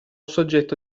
soggetto